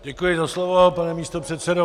Děkuji za slovo, pane místopředsedo.